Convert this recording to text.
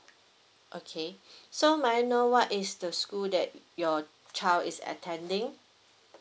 okay so may I know what is the school that your child is attending